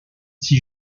six